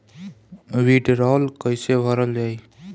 वीडरौल कैसे भरल जाइ?